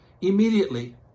Immediately